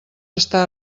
està